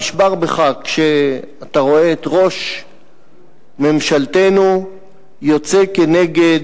נשבר בך כשאתה רואה את ראש ממשלתנו יוצא נגד